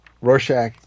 Rorschach